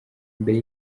mbere